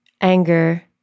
anger